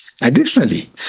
Additionally